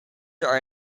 are